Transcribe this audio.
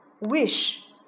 wish